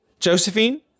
Josephine